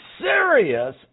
serious